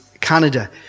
Canada